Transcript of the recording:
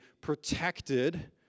protected